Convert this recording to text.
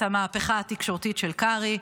את המהפכה התקשורתית של קרעי.